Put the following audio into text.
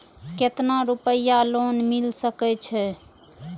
केतना रूपया लोन मिल सके छै?